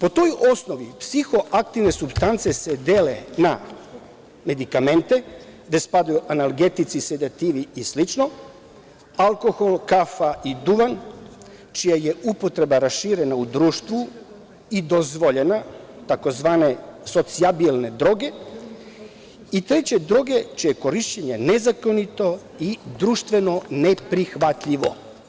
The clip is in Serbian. Po toj osnovi, psihoaktivne supstance se dele na medikamente, gde spadaju analgetici, sedativi i slično, alkohol, kafa i duvan, čija je upotreba raširena u društvu i dozvoljena, tzv. socijabilne droge i, treće, droge čije je korišćenje nezakonito i društveno neprihvatljivo.